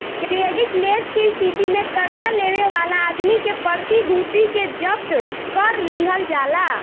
credit less के स्थिति में कर्जा लेवे वाला आदमी के प्रतिभूति के जब्त कर लिहल जाला